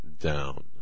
down